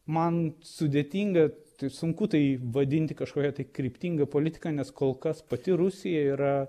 man sudėtinga sunku tai vadinti kažkokia tai kryptinga politika nes kol kas pati rusija yra